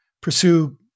pursue